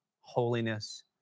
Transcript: holiness